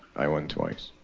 i won twice.